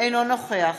אינו נוכח